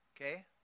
Okay